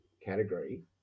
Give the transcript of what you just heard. category